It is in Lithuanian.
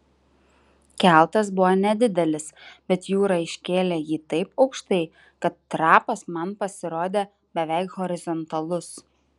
keltas buvo nedidelis bet jūra iškėlė jį taip aukštai kad trapas man pasirodė beveik horizontalus